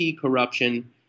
corruption